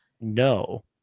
No